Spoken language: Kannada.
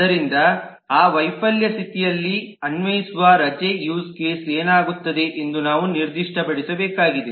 ಆದ್ದರಿಂದ ಆ ವೈಫಲ್ಯ ಸ್ಥಿತಿಯಲ್ಲಿ ಅನ್ವಯಿಸುವ ರಜೆ ಯೂಸ್ ಕೇಸ್ ಏನಾಗುತ್ತದೆ ಎಂದು ನಾವು ನಿರ್ದಿಷ್ಟಪಡಿಸಬೇಕಾಗಿದೆ